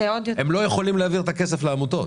הם לא יכולים להעביר את הכסף לעמותות.